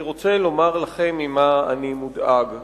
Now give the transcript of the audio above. אני רוצה לומר לכם ממה אני מודאג,